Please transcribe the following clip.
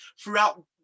throughout